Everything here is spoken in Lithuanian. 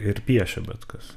ir piešia bet kas